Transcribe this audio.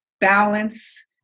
balance